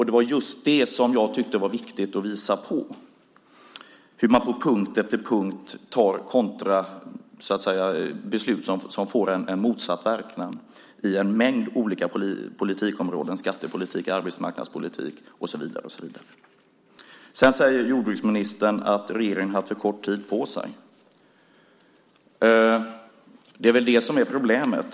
Det jag tyckte att det var viktigt att visa på är just hur man på punkt efter punkt tar beslut som får motsatt verkan på en mängd olika politikområden - inom skattepolitiken, arbetsmarknadspolitiken och så vidare. Sedan säger jordbruksministern att regeringen har haft för kort tid på sig. Ja, det är väl det som är problemet.